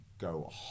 go